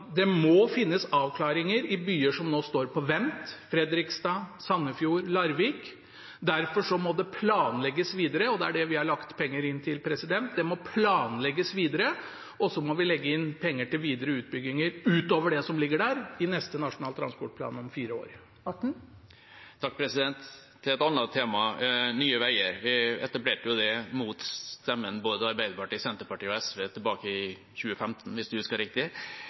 det må finnes avklaringer i byer som nå står på vent – Fredrikstad, Sandefjord og Larvik. Derfor må det planlegges videre, og det er det vi har lagt inn penger til. Det må planlegges videre, og så må vi legge inn penger til videre utbygginger utover det som ligger der, i neste Nasjonal transportplan om fire år. Til et annet tema – Nye Veier. Vi etablerte det mot stemmene fra både Arbeiderpartiet, Senterpartiet og SV i 2015, hvis jeg husker riktig.